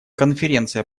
конференция